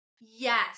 Yes